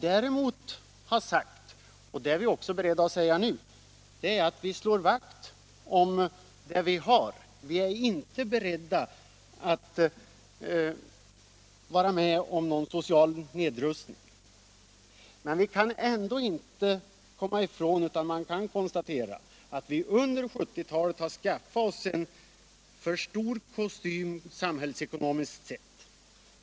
Däremot har vi sagt — och det står vi för också nu — att vi slår vakt om det vi har; vi vill inte vara med om någon social nedrustning. Men vi kan inte komma ifrån att vi under 1970-talet har skaffat oss en för stor kostym samhällsekonomiskt sett.